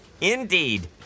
Indeed